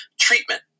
treatment